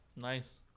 Nice